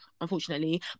unfortunately